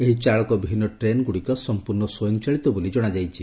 ଏହି ଚାଳକ ବିହୀନ ଟ୍ରେନ୍ଗ୍ରଡ଼ିକ ସମ୍ପୂର୍ଣ୍ଣ ସ୍ୱୟଂଚାଳିତ ବୋଲି କଶାଯାଇଛି